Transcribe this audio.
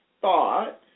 thought